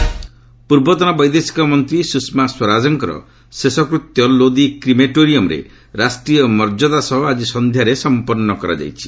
ସ୍ୱଷମା ଲାଷ୍ଟ ପୂର୍ବତନ ବୈଦେଶିକ ମନ୍ତ୍ରୀ ସୁଷମା ସ୍ୱରାଜଙ୍କର ଶେଷକୃତ୍ୟ ଲୋଦି କିମାଟୋରିୟମରେ ରାଷ୍ଟୀୟ ମର୍ଯ୍ୟଦା ସହ ଆଜି ସନ୍ଧ୍ୟାରେ ସମ୍ପନ୍ କରାଯାଇଛି